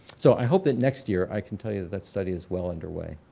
so i hope that next year i can tell you that that study is well underway.